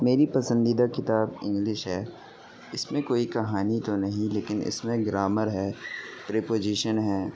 میری پسندیدہ کتاب انگلش ہے اس میں کوئی کہانی تو نہیں لیکن اس میں گرامر ہے پریپوزیشن ہے